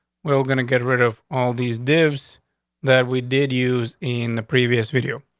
we're going to get rid of all these dibs that we did use in the previous video.